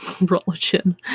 religion